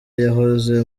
yahoze